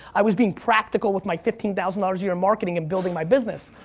i was being practical with my fifteen thousand dollars a year marketing and building my business.